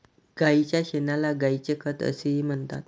गायीच्या शेणाला गायीचे खत असेही म्हणतात